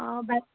অঁ বাই